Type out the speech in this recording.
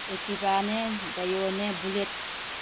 ꯑꯦꯛꯇꯤꯚꯥꯅꯦ ꯗꯥꯏꯌꯣꯅꯦ ꯕꯨꯜꯂꯦꯠ